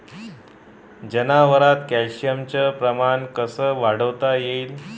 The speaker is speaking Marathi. जनावरात कॅल्शियमचं प्रमान कस वाढवता येईन?